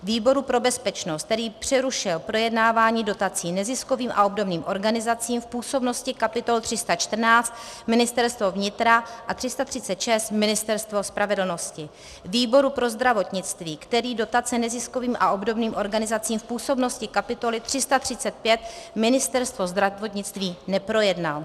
výboru pro bezpečnost, který přerušil projednávání dotací neziskovým a obdobným organizacím v působnosti kapitol 314 Ministerstvo vnitra a 336 Ministerstvo spravedlnosti; výboru pro zdravotnictví, který dotace neziskovým a obdobným organizacím v působnosti kapitoly 335 Ministerstvo zdravotnictví neprojednal.